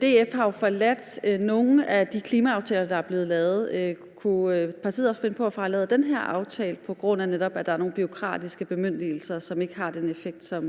DF har jo forladt nogle af de klimaaftaler, der er blevet lavet. Kunne partiet også finde på at forlade den her aftale, på grund af at der netop er nogle bureaukratiske bemyndigelser, som ikke har den effekt, som